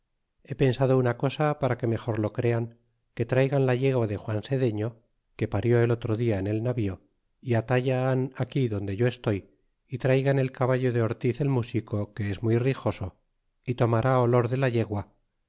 he pensado una cosa para que mejor lo crean que traigan la yegua de juan sedefio que parió el otro dia en el navío y atalla han aquí adonde yo estoy y traigan el caballo de ortiz el músico que es muy rixoso y tomará olor de la yegua